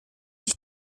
sich